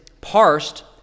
parsed